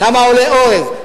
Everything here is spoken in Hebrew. כמה עולה אורז,